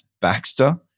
Baxter